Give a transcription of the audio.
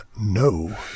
no